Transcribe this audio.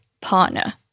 partner